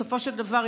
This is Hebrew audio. בסופו של דבר,